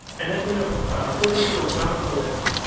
and as a note puerto rico is not on the list.